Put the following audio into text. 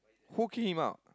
who kick him out